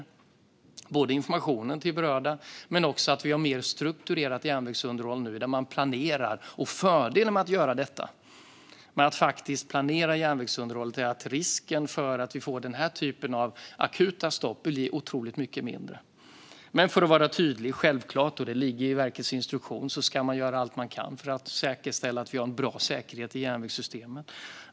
Det gäller informationen till de berörda och att det sker ett mer strukturerat och inplanerat järnvägsunderhåll. Fördelen med att faktiskt planera järnvägsunderhållet är att risken för att få den typen av akuta stopp blir otroligt mycket mindre. Låt mig vara tydlig. Det ligger i verkets instruktion att man självklart ska göra allt man kan för att säkerställa att det finns en bra säkerhet i järnvägssystemet.